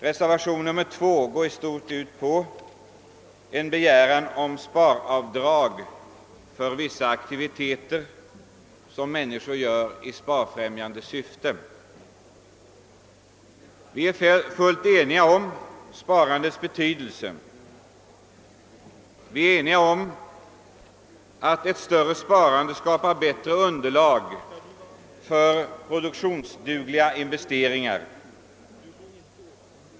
Reservation II går i stort ut på en begäran om sparavdrag för vissa aktiviteter som människor utövar i sparfrämjande syfte. Vi är fullt eniga om sparandets bety delse. Vi är eniga om att ett större sparande skapar bättre underlag för produktionsbefrämjande investeringar.